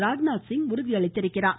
ராஜ்நாத்சிங் உறுதியளித்துள்ளார்